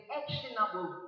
actionable